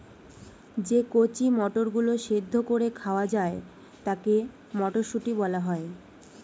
যে কচি মটরগুলো সেদ্ধ করে খাওয়া যায় তাকে মটরশুঁটি বলা হয়